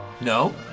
no